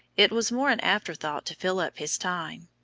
it was more an after thought to fill up his time.